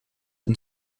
een